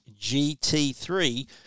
GT3